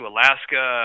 Alaska